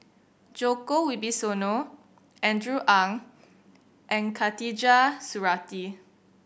Djoko Wibisono Andrew Ang and Khatijah Surattee